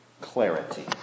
clarity